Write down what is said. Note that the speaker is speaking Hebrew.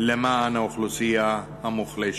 למען האוכלוסייה המוחלשת.